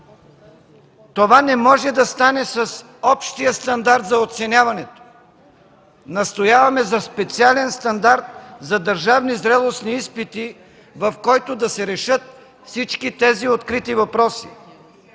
Това не може да стане с общия стандарт за оценяването. Настояваме за специален стандарт за държавни зрелостни изпити, в който да се решат всички тези открити въпроси.